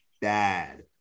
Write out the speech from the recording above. bad